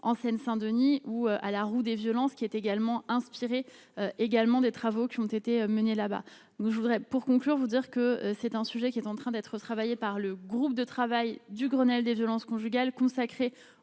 en Seine-Saint-Denis ou à la roue des violences qui est également inspiré également des travaux qui ont été menées là-bas nous je voudrais pour conclure, vous dire que c'est un sujet qui est en train d'être travaillée par le groupe de travail du Grenelle des violences conjugales, consacrée